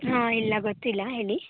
ಹಾಂ ಇಲ್ಲ ಗೊತ್ತಿಲ್ಲ ಹೇಳಿ